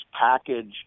package